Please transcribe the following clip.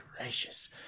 gracious